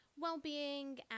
well-being